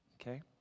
okay